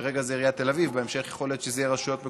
כרגע זה עיריית תל אביב ובהמשך יכול להיות שיהיו עוד רשויות מקומיות,